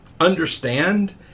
understand